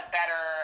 better